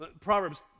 Proverbs